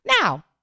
Now